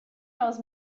knows